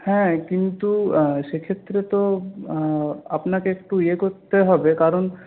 হ্যাঁ কিন্তু সে ক্ষেত্রে তো আপনাকে একটু ইয়ে করতে হবে কারণ